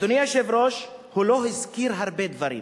אדוני היושב-ראש, הוא לא הזכיר הרבה דברים.